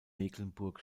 mecklenburg